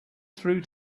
through